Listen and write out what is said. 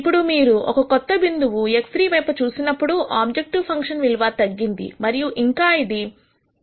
ఇప్పుడు మీరు ఒక కొత్త బిందువు x3 వైపు చూసినప్పుడు ఆబ్జెక్టివ్ ఫంక్షన్ విలువ తగ్గింది మరియు ఇంకా అది 2